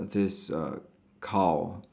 this err cow